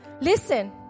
Listen